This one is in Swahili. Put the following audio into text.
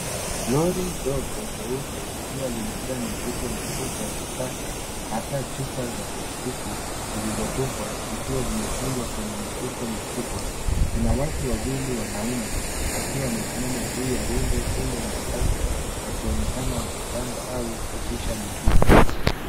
Lori dogo jeupe likiwa limejaa mizigo mikubwa ya taka hasa chupa za plastiki zilizotupwa zikiwa zimefungwa kwenye mizigo mikubwa. Kuna watu wawili wanaume wakiwa wamesimama juu ya rundo hilo la taka wakionekana wakipanga au kushusha mizigo.